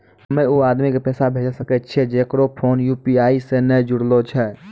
हम्मय उ आदमी के पैसा भेजै सकय छियै जेकरो फोन यु.पी.आई से नैय जूरलो छै?